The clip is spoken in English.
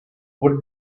would